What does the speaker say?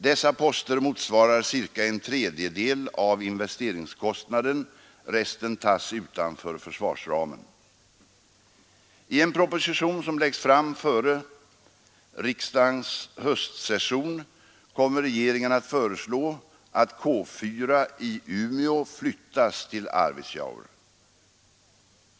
Dessa poster motsvarar cirka en tredjedel av investeringskostnaden. Resten tas utanför försvarsramen. I en proposition som läggs fram före riksdagens höstsession kommer regeringen att föreslå att K4 i Umeå flyttas till Arvidsjaur.